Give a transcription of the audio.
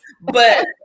But-